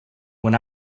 when